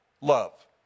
love